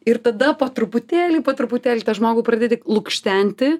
ir tada po truputėlį po truputėlį tą žmogų pradedi lukštenti